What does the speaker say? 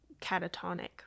catatonic